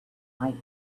might